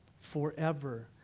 forever